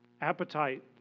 Appetite